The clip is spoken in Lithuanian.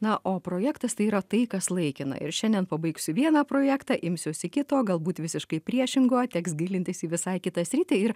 na o projektas tai yra tai kas laikina ir šiandien pabaigsiu vieną projektą imsiuosi kito galbūt visiškai priešingo teks gilintis į visai kitą sritį ir